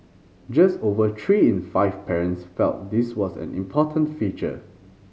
just over three in five parents felt this was an important feature